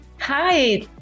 Hi